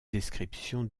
description